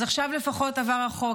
אז עכשיו לפחות עבר החוק,